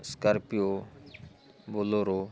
scorpio bolero